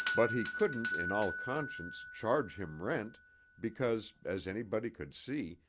but he couldn't in all conscience charge him rent because, as anybody could see,